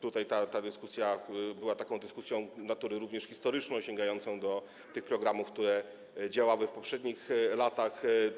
Tutaj ta dyskusja była taką dyskusją również natury historycznej, sięgającą do tych programów, które działały w poprzednich latach.